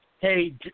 Hey